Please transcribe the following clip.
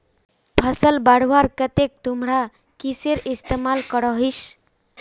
फसल बढ़वार केते तुमरा किसेर इस्तेमाल करोहिस?